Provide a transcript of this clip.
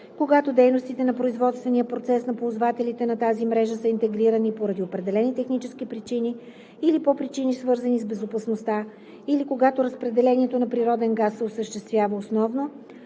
когато дейностите или производственият процес на ползвателите на тази мрежа са интегрирани поради определени технически причини или по причини, свързани с безопасността, или когато разпределението на природен газ се осъществява основно